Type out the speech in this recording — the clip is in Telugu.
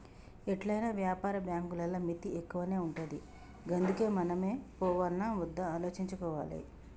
ఎట్లైనా వ్యాపార బాంకులల్ల మిత్తి ఎక్కువనే ఉంటది గందుకే మనమే పోవాల్నా ఒద్దా ఆలోచించుకోవాలె